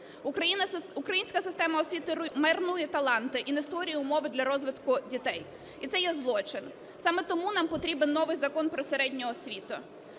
Українська система освіти марнує таланти і не створює умови для розвитку дітей, і це є злочин. Саме тому нам потрібен новий Закон про середню освіту.